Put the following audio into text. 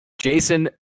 Jason